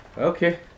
Okay